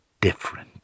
different